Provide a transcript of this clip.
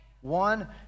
One